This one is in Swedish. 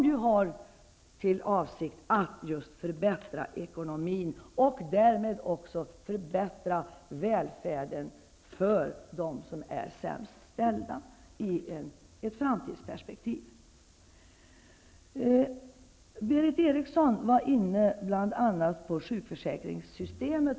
Avsikten med regeringens förslag är ju just att förbättra ekonomin och därmed välfärden i ett framtida perspektiv med tanke på dem som har det sämst ställt. Berith Eriksson var inne på bl.a. frågan om sjukförsäkringssystemet.